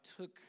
took